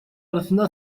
arasında